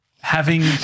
Having-